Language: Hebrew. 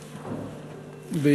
תודה,